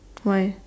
why